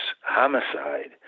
homicide